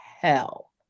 hell